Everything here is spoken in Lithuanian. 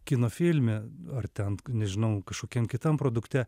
kino filme ar ten nežinau kažkokiam kitam produkte